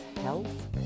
health